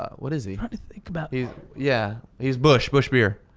ah what is he? trying to think about. yeah, he's busch, busch beer.